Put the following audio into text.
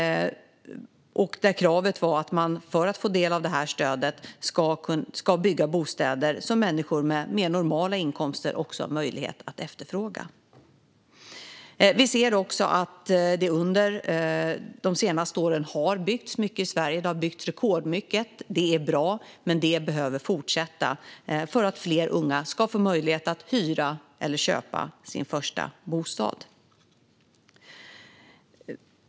Kravet var att för att få del av stödet skulle bostäder byggas som människor med mer normala inkomster också har möjlighet att efterfråga. Under de senaste åren har det byggts mycket i Sverige. Det har byggts rekordmycket. Det är bra, men det behöver fortsätta så att fler unga ska få möjlighet att hyra eller köpa sin första bostad.